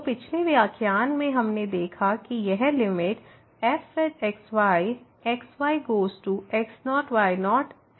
तो पिछले व्याख्यान में हमने देखा है कि यह limit fx y x y goes to x0 y0 L के बराबर है